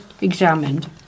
examined